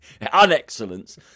Unexcellence